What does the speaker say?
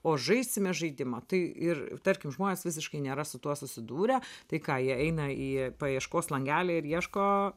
o žaisime žaidimą tai ir tarkim žmonės visiškai nėra su tuo susidūrę tai ką jie eina į paieškos langelį ir ieško